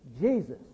Jesus